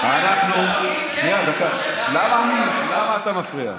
למה אתה מפריע?